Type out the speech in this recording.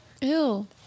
Ew